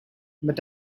but